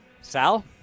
Sal